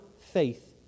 faith